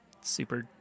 super